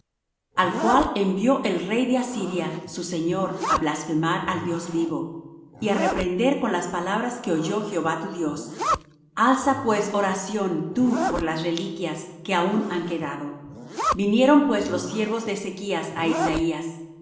al cual envió el rey de asiria su señor á blasfemar al dios vivo y á reprender con las palabras que oyó jehová tu dios alza pues oración tú por las reliquias que aun han quedado vinieron pues los siervos de ezechas á isaías